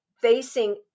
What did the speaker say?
facing